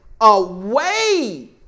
away